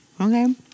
Okay